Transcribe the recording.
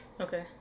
Okay